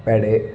pad